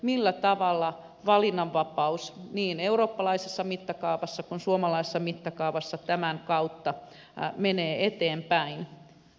millä tavalla valinnanva paus niin eurooppalaisessa mittakaavassa kuin suomalaisessa mittakaavassa tämän kautta menee eteenpäin